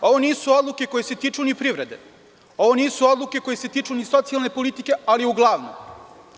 Ovo nisu odluke koje se tiču ni privrede, ovo nisu odluke koje se tiču ni socijalne politike, ali uglavnom